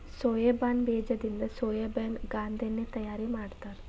soybean ಬೇಜದಿಂದ ಸೋಯಾಬೇನ ಗಾಂದೆಣ್ಣಿ ತಯಾರ ಮಾಡ್ತಾರ